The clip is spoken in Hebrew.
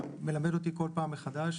אתה מלמד אותי כל פעם מחדש